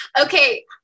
Okay